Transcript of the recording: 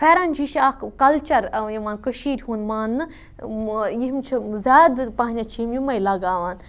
پھیرَن چھُ یہِ چھُ اکھ کَلچَر یِوان کٔشیٖر ہُنٛد ماننہٕ یِم چھِ زیاد پَہَنیتھ چھِ یِم یِمے لَگاوان